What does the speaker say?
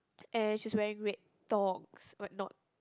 and she's wearing red thongs but not